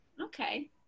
Okay